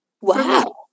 Wow